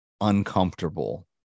uncomfortable